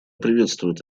приветствует